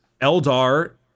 Eldar